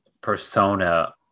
persona